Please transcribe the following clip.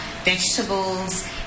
vegetables